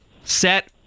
set